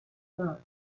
love